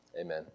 Amen